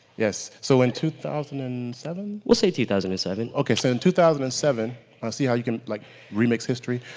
yes. so in two thousand and seven. we'll say two thousand and seven. okay, so in two thousand and seven see how you can like remix history.